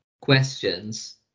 questions